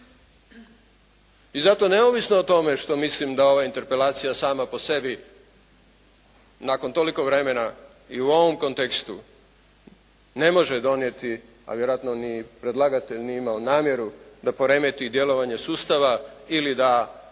I zato neovisno o tome što mislim da ova Interpelacija sama po sebi nakon toliko vremena i u ovom kontekstu ne može donijeti, a vjerojatno ni predlagatelj nije imao namjeru da poremeti djelovanje sustava ili da